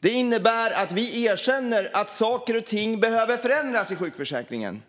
Det innebär att vi erkänner att saker och ting behöver förändras i sjukförsäkringen,